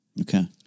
Okay